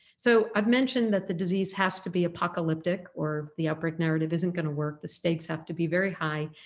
so i've mentioned that the disease has to be apocalyptic or the outbreak narrative isn't going to work. the stakes have to be very high.